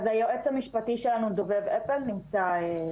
היועץ המשפטי שלנו, דובב אפל, נמצא פה.